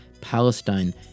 Palestine